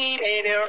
baby